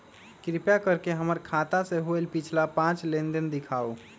कृपा कर के हमर खाता से होयल पिछला पांच लेनदेन दिखाउ